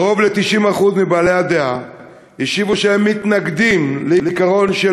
קרוב ל-90% מבעלי הדעה השיבו שהם מתנגדים לעיקרון של